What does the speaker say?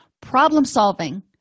problem-solving